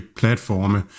platforme